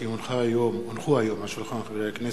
כי הונחו היום על שולחן הכנסת,